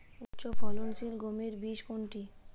উচ্চফলনশীল গমের বীজ কোনটি?